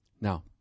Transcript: Now